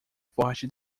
forte